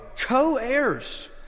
co-heirs